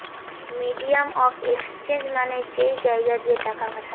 medium of exchange মানে যেই জাগা দিয়ে টাকা পাঠায়